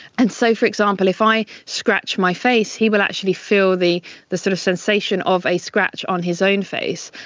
and so, for example, if i scratch my face he will actually feel the the sort of sensation of a scratch on his own face.